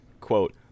quote